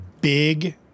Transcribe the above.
big